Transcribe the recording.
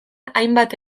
hainbat